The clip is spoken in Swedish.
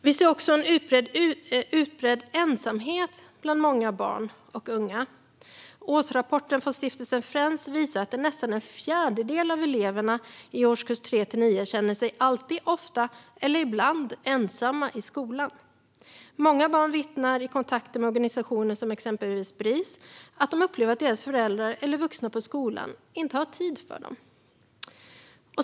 Vi ser också en utbredd ensamhet bland många barn och unga. Årsrapporten från stiftelsen Friends visar att nästan en fjärdedel av eleverna i årskurs 3-9 alltid, ofta eller ibland känner sig ensamma i skolan. Många barn vittnar i kontakter med organisationer som Bris om att de upplever att deras föräldrar eller vuxna på skolan inte har tid för dem.